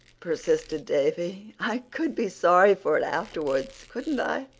persisted davy. i could be sorry for it afterwards, couldn't i?